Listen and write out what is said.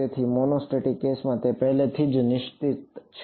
તેથી મોનોસ્ટેટિક કેસમાં તે પહેલાથી જ નિશ્ચિત છે